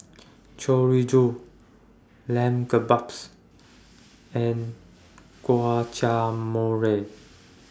Chorizo Lamb Kebabs and Guacamole